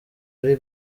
ari